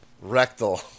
rectal